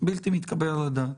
בלתי מתקבל על הדעת.